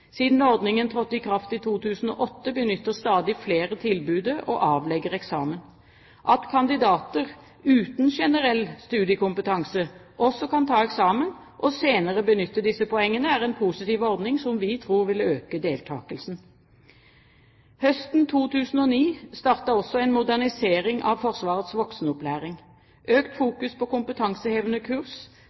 Siden ordningen trådte i kraft i 2008, benytter stadig flere tilbudet og avlegger eksamen. At kandidater uten generell studiekompetanse også kan ta eksamen og senere benytte disse poengene, er en positiv ordning som vi tror vil øke deltakelsen. Høsten 2009 startet også en modernisering av Forsvarets voksenopplæring. Økt fokus på kompetansehevende kurs